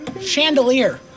chandelier